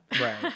Right